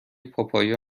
پاپایا